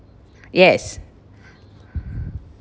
yes